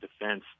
defense